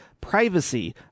privacy